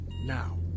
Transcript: Now